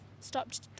stopped